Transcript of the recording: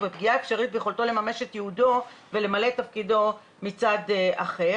ובפגיעה אפשרית ביכולתו לממש את ייעודו ולמלא את תפקידו מצד אחר.